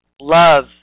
love